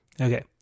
Okay